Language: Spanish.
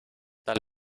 tal